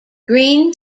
green